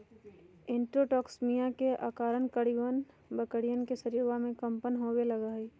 enterotoxaemia के अआरण बकरियन के शरीरवा में कम्पन होवे लगा हई